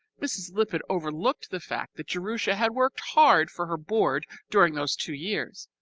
mrs. lippett overlooked the fact that jerusha had worked hard for her board during those two years,